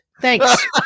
Thanks